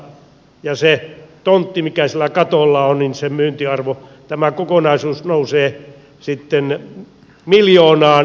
sen tontin mikä siellä katolla on myyntiarvo tämä kokonaisuus nousee sitten miljoonaan